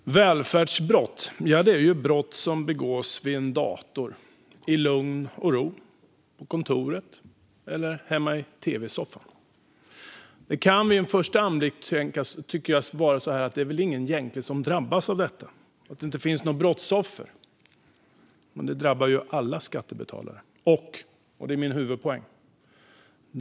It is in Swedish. Herr talman! Välfärdsbrott är brott som begås vid en dator i lugn och ro på kontoret eller hemma i tv-soffan. Det kan vid en första anblick tyckas att detta egentligen inte drabbar någon, att det inte finns några brottsoffer. Men det drabbar alla skattebetalare.